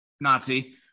Nazi